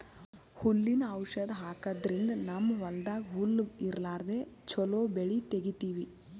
ಹುಲ್ಲಿನ್ ಔಷಧ್ ಹಾಕದ್ರಿಂದ್ ನಮ್ಮ್ ಹೊಲ್ದಾಗ್ ಹುಲ್ಲ್ ಇರ್ಲಾರ್ದೆ ಚೊಲೋ ಬೆಳಿ ತೆಗೀತೀವಿ